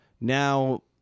now